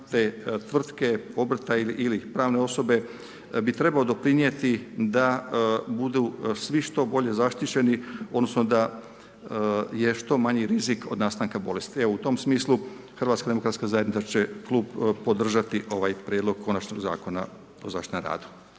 te tvrtke, obrta ili pravne osobe bi trebao doprinijeti da budu svi što bolje zaštićeni odnosno da je što manji rizik od nastanka bolesti. Evo, u tom smislu Hrvatska demokratska zajednica će Klub podržati ovaj prijedlog Konačnog zakona o zaštiti na radu.